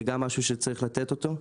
זה גם משהו שצריך לתת אותו.